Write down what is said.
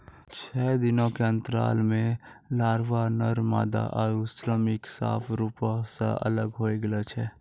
छः दिनो के अंतराल पे लारवा, नर मादा आरु श्रमिक साफ रुपो से अलग होए लगै छै